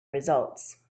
results